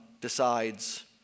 Decides